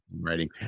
Writing